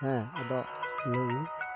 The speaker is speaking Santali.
ᱦᱮᱸ ᱟᱫᱚ ᱞᱟᱹᱭᱟᱹᱧ